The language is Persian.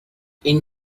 این